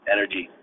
Energy